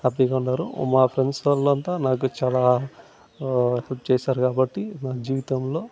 హ్యాప్పీగా ఉన్నారు మా ఫ్రెండ్స్ వాళ్ళంతా నాకు చాలా హెల్ప్ చేసారు కాబట్టి నా జీవితంలో